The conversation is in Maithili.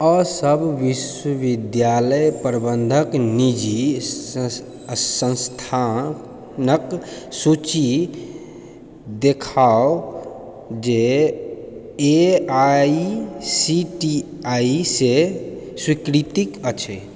ओसभ विश्वविद्यालय प्रबन्धित निजी संस्थानक सूची देखाउ जे A I C T E सँ स्वीकृत अछि